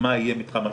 בניינים פרטניים,